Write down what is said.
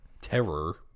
terror